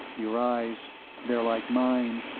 your eyes they're like mine.